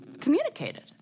communicated